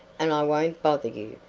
and i won't bother you.